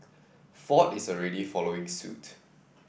ford is already following suit